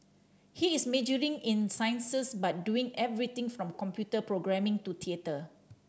he is majoring in sciences but doing everything from computer programming to theatre